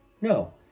No